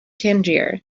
tangier